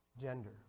gender